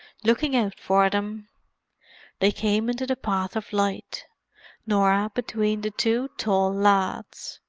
looking out for them. they came into the path of light norah between the two tall lads.